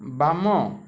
ବାମ